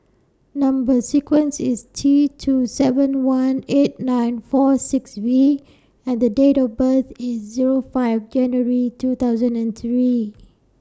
Number sequence IS T two seven one eight nine four six V and The Date of birth IS Zero five January two thousand and three